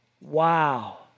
Wow